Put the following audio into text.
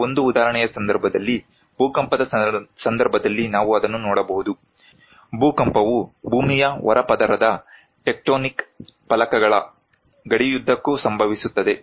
ಕೇವಲ ಒಂದು ಉದಾಹರಣೆಯ ಸಂದರ್ಭದಲ್ಲಿ ಭೂಕಂಪದ ಸಂದರ್ಭದಲ್ಲಿ ನಾವು ಅದನ್ನು ನೋಡಬಹುದು ಭೂಕಂಪವು ಭೂಮಿಯ ಹೊರಪದರದ ಟೆಕ್ಟೋನಿಕ್ ಫಲಕಗಳ ಗಡಿಯುದ್ದಕ್ಕೂ ಸಂಭವಿಸುತ್ತದೆ